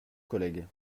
collègue